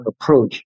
approach